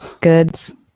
goods